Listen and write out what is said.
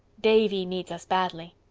davy needs us badly.